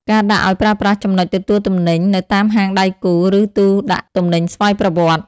ការដាក់ឱ្យប្រើប្រាស់ចំណុចទទួលទំនិញ នៅតាមហាងដៃគូ ឬទូដាក់ទំនិញស្វ័យប្រវត្តិ ។